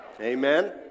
Amen